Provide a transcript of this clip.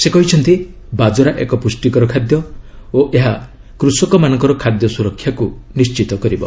ସେ କହିଛନ୍ତି ବାଜରା ଏକ ପ୍ରୁଷ୍ଟିକର ଖାଦ୍ୟ ଓ ଏହା କୃଷକମାନଙ୍କର ଖାଦ୍ୟସ୍କରକ୍ଷାକୁ ନିଶ୍ଚିତ କରିବ